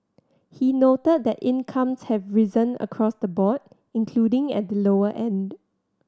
he noted that incomes have risen across the board including at the lower end